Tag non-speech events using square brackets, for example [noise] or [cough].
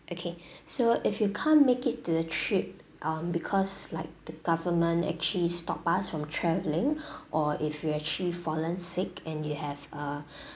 okay [breath] so if you can't make it to the trip um because like the government actually stop us from travelling [breath] or if you've actually fallen sick and you have a [breath]